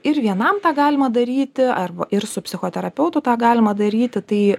ir vienam tą galima daryti arba ir su psichoterapeutu tą galima daryti tai